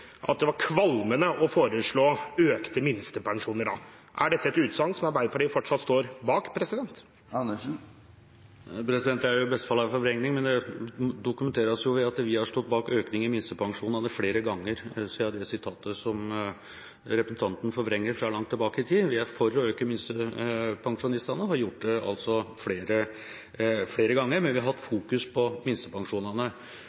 at det var «kvalmende» å foreslå økte minstepensjoner da. Er dette et utsagn som Arbeiderpartiet fortsatt står ved? Det er i beste fall en forvrengning, men det kan dokumenteres at vi har stått bak økninger i minstepensjonen flere ganger. Og så er det sitatet som representanten forvrenger, fra langt tilbake i tid. Vi er for å øke minstepensjonene og har gjort det flere ganger, men vi har hatt minstepensjonene i fokus. Når det gjelder avkortninga, er vi der på